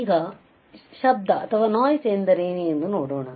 ಈಗ ಶಬ್ದ ಎಂದರೇನು ಎಂದು ನೋಡೋಣ